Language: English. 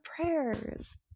prayers